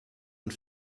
und